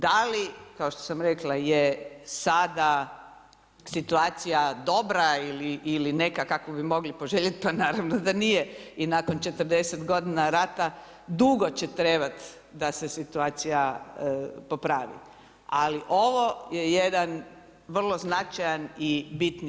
Da li kao što sam rekla je sada situacija ili neka kakvu bi mogli poželjeti, pa naravno da nije i nakon 40 godina rata dugo će trebati da se situacija popraviti ali ovo je jedan vrlo i značajan pomak.